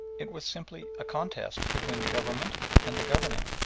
it was simply a contest between the government and the governing,